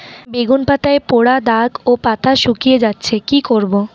বেগুন পাতায় পড়া দাগ ও পাতা শুকিয়ে যাচ্ছে কি করব?